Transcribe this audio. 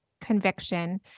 conviction